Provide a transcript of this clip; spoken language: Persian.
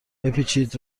بپیچید